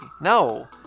No